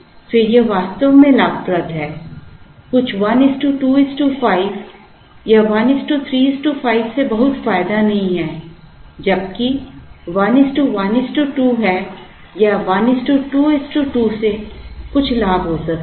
फिर यह वास्तव में लाभप्रद है कुछ 125 या 135 से बहुत फायदा नहीं है जबकि 112 है या 122 से कुछ लाभ हो सकता है